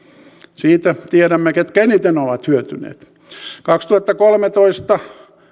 siitä tiedämme ketkä eniten ovat hyötyneet kaksituhattakolmetoista